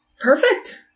perfect